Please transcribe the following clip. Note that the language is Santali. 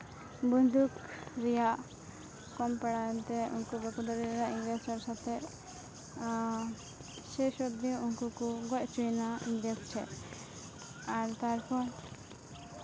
ᱵᱚᱱᱫᱷᱩᱠ ᱨᱮᱭᱟᱜ ᱠᱚᱢ ᱯᱟᱲᱟᱣ ᱮᱱᱛᱮ ᱩᱱᱠᱩ ᱵᱟᱠᱚ ᱫᱟᱲᱮ ᱞᱮᱱᱟ ᱤᱝᱨᱮᱡᱽ ᱦᱚᱲ ᱥᱟᱛᱮᱜ ᱥᱮᱥ ᱚᱵᱫᱤ ᱩᱱᱠᱩ ᱠᱚ ᱜᱚᱡ ᱦᱚᱪᱚᱭᱮᱱᱟ ᱤᱝᱨᱮᱡᱽ ᱴᱷᱮᱡ ᱟᱨ ᱛᱟᱨᱯᱚᱨ